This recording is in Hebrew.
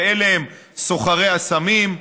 ואלה הם סוחרי הסמים,